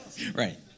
Right